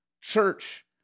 Church